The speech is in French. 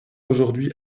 aujourd’hui